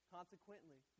Consequently